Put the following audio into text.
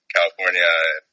California